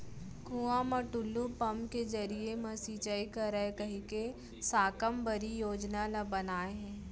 कुँआ म टूल्लू पंप के जरिए म सिंचई करय कहिके साकम्बरी योजना ल बनाए हे